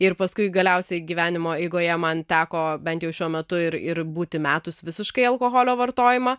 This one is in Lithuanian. ir paskui galiausiai gyvenimo eigoje man teko bent jau šiuo metu ir ir būti metus visiškai alkoholio vartojimą